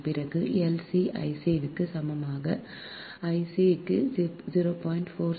பிறகு Lc I c க்கு சமமாக λ c க்கு 0